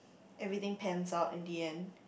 everything pans out in the end